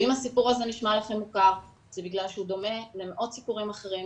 ואם הסיפור הזה נשמע לכם מוכר זה בגלל שהוא דומה למאות סיפורים אחרים,